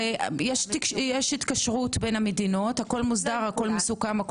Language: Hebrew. הרי יש התקשרות בין המדינות, הכול מסוכם.